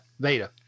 beta